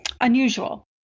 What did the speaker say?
unusual